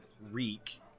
Reek